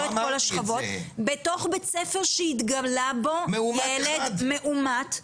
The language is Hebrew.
את כל השכבות בתוך בית הספר שהתגלה בו ילד מאומת,